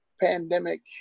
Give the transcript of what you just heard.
pandemic